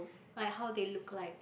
like how they look like